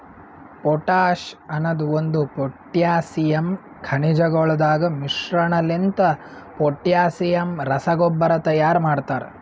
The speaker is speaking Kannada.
ಪೊಟಾಶ್ ಅನದ್ ಒಂದು ಪೊಟ್ಯಾಸಿಯಮ್ ಖನಿಜಗೊಳದಾಗ್ ಮಿಶ್ರಣಲಿಂತ ಪೊಟ್ಯಾಸಿಯಮ್ ರಸಗೊಬ್ಬರ ತೈಯಾರ್ ಮಾಡ್ತರ